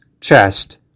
chest